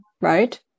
right